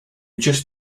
just